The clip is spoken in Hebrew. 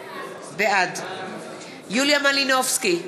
בעד יוליה מלינובסקי,